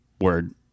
word